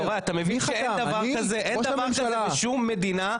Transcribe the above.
יוראי אתה מבין שאין דבר כזה בשום מדינה,